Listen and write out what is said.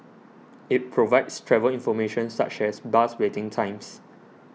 it provides travel information such as bus waiting times